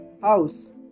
house